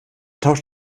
tausch